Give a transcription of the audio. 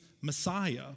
Messiah